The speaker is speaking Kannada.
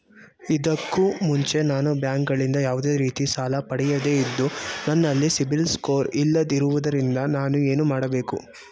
ಇದಕ್ಕೂ ಮುಂಚೆ ನಾನು ಬ್ಯಾಂಕ್ ಗಳಿಂದ ಯಾವುದೇ ರೀತಿ ಸಾಲ ಪಡೆಯದೇ ಇದ್ದು, ನನಲ್ಲಿ ಸಿಬಿಲ್ ಸ್ಕೋರ್ ಇಲ್ಲದಿರುವುದರಿಂದ ನಾನು ಏನು ಮಾಡಬೇಕು?